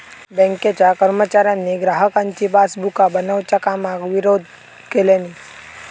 बँकेच्या कर्मचाऱ्यांनी ग्राहकांची पासबुका बनवच्या कामाक विरोध केल्यानी